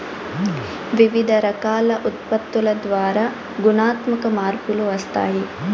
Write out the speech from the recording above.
వివిధ రకాల ఉత్పత్తుల ద్వారా గుణాత్మక మార్పులు వస్తాయి